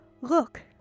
Look